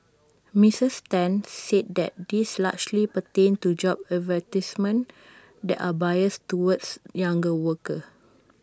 Mrs ten said that these largely pertained to job advertisements that are biased towards younger workers